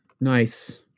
Nice